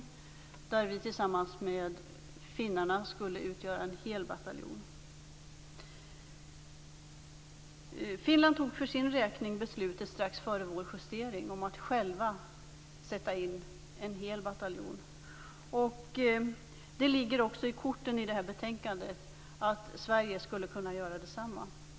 Svenskarna skulle tillsammans med finnarna utgöra en hel bataljon. Finland fattade för sin räkning beslut strax före vår justering om att själv sätta in en hel bataljon. Det ligger också i det här betänkandet att Sverige skulle kunna göra detsamma.